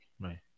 Right